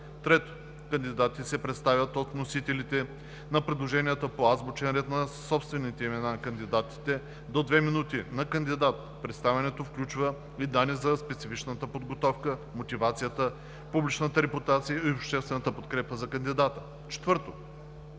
3. Кандидатите се представят от вносителите на предложенията по азбучен ред на собствените имена на кандидатите – до две минути на кандидат. Представянето включва и данни за специфичната подготовка, мотивацията, публичната репутация и обществената подкрепа за кандидата. 4.